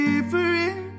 Different